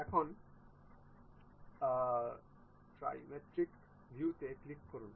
এখন ট্রাইমেট্রিক ভিউতে ক্লিক করুন